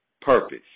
purpose